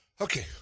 Okay